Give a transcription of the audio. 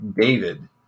David